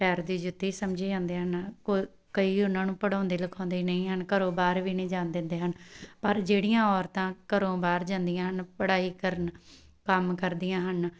ਪੈਰ ਦੀ ਜੁੱਤੀ ਸਮਝੀ ਜਾਂਦੇ ਹਨ ਕੋ ਕਈ ਉਹਨਾਂ ਨੂੰ ਪੜ੍ਹਾਉਂਦੇ ਲਿਖਾਉਂਦੇ ਨਹੀਂ ਹਨ ਘਰੋਂ ਬਾਹਰ ਵੀ ਨਹੀਂ ਜਾਣ ਦਿੰਦੇ ਹਨ ਪਰ ਜਿਹੜੀਆਂ ਔਰਤਾਂ ਘਰੋਂ ਬਾਹਰ ਜਾਂਦੀਆਂ ਹਨ ਪੜ੍ਹਾਈ ਕਰਨ ਕੰਮ ਕਰਦੀਆਂ ਹਨ